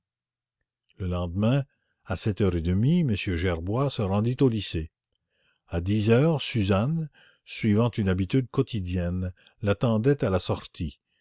le lendemain à sept heures et demie il se rendit au lycée à dix heures suzanne suivant une habitude quotidienne l'attendait à la sortie